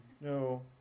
No